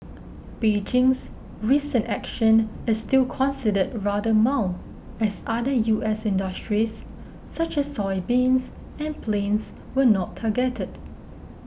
Beijing's recent action is still considered rather mild as other U S industries such as soybeans and planes were not targeted